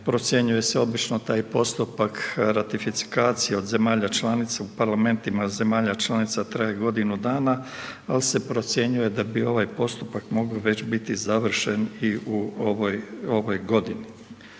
procjenjuje se obično taj postupak ratifikacije od zemalja članice, parlamentima zemalja članica traje godinu dana, on se procjenjuje da bi ovaj postupak, mogao već biti završen i u ovoj godini.